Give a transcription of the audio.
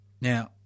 Now